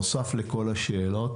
נוסף לכל השאלות,